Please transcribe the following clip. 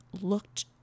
looked